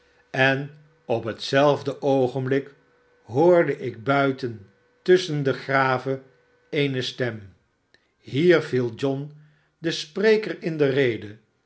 en op hetzelfde oogenblik hoorde ik buiten tusschen de graven eene stem hier viel john den spreker in de rede